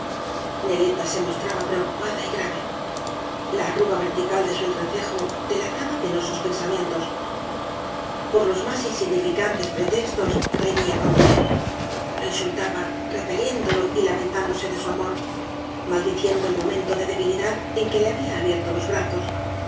neleta se mostraba preocupada y grave la arruga vertical de su entrecejo delataba penosos pensamientos por los más insignificantes pretextos reñía con tonet lo insultaba repeliéndolo y lamentándose de su amor maldiciendo el momento de debilidad en que le había abierto los brazos